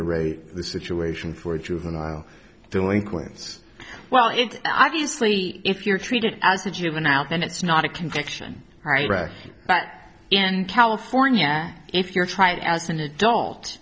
rate situation for juvenile delinquents well it's obviously if you're treated as a juvenile then it's not a conviction but in california if you're tried as an adult